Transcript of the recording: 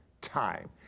time